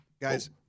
Guys